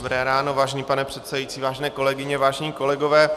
Dobré ráno, vážený pane předsedající, vážené kolegyně, vážení kolegové.